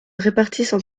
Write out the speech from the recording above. répartissent